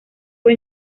fue